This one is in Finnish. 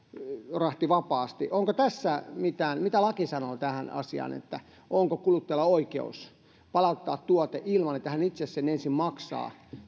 rahtivapaasti onko tässä mitään mitä laki sanoo tähän asiaan onko kuluttajalla oikeus palauttaa tuote ilman että hän itse sen ensin maksaa